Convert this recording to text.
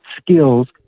skills